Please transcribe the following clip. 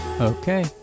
Okay